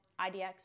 idx